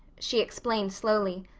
she explained slowly.